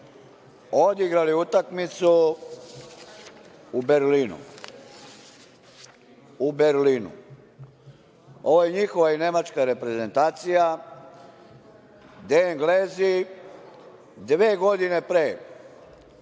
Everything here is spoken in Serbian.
odigrali utakmicu u Berlinu. Ova njihova i nemačka reprezentacija, gde Englezi dve godine pre